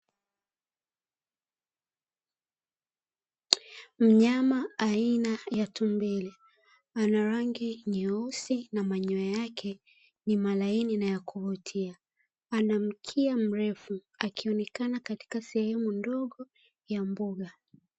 Mnyama aina ya tumbili ana rangi nyeusi na manyoya yake ni malaini na ya kuvutia, ana mkia mrefu akionekana katika sehemu ndogo ya mbuga.